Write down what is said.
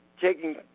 taking